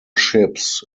ships